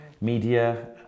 media